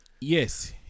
Yes